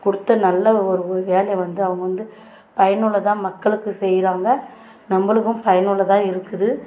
கொடுத்த நல்ல ஒரு ஒரு வேலையை வந்து அவங்க வந்து பயனுள்ளதாக மக்களுக்கு செய்கிறாங்க நம்மளுக்கும் பயனுள்ளதாக இருக்குது